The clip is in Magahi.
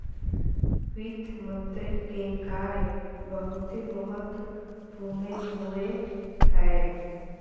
वित्त मंत्री के कार्य बहुते महत्वपूर्ण होवो हय